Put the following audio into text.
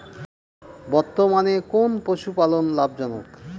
বর্তমানে কোন পশুপালন লাভজনক?